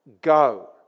Go